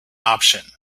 option